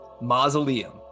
mausoleum